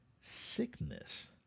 sickness